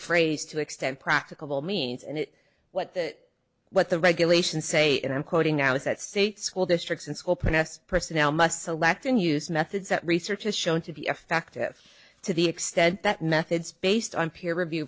phrase to the extent practicable means and what the what the regulations say and i'm quoting now is that state school districts and school press personnel must select and use methods that research has shown to be effective to the extent that methods based on peer review